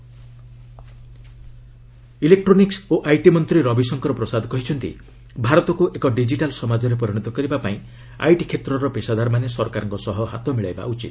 Ravishankar IT electronics ଓ IT ମନ୍ତ୍ରୀ ରବୀଶଙ୍କର ପ୍ରସାଦ କହିଛନ୍ତି ଭାରତକ୍ର ଏକ ଡିକିଟାଲ୍ ସମାଜରେ ପରିଣତ କରିବାପାଇଁ ଆଇଟି କ୍ଷେତ୍ରର ପେସାଦାରମାନେ ସରକାରଙ୍କ ସହ ହାତ ମିଳାଇବା ଉଚିତ